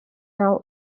now